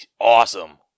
awesome